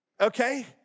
Okay